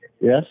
Yes